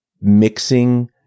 mixing